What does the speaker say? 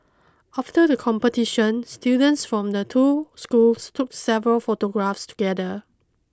after the competition students from the two schools took several photographs together